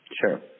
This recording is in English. Sure